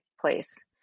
place